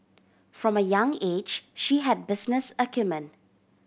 from a young age she had business acumen